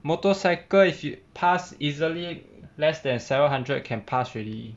motorcycle if you pass easily less than seven hundred can pass already